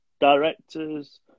directors